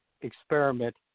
experiment